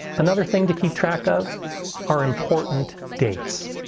another thing to keep track of are important dates.